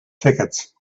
tickets